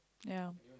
ya